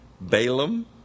Balaam